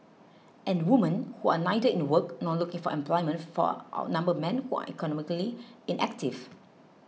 and women who are neither in work nor looking for employment far outnumber men who are economically inactive